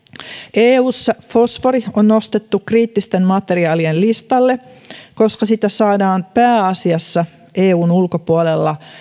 eussa fosfori on nostettu kriittisten materiaalien listalle koska sitä saadaan pääasiassa eun ulkopuolella